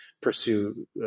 pursue